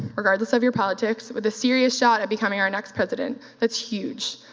regardless of your politics with a serious shot at becoming our next president, that's huge.